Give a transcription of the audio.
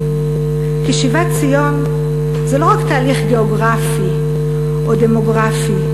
כי שיבת ציון זה לא רק תהליך גיאוגרפי או דמוגרפי,